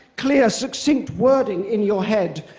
clear, succinct wording in your head.